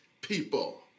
people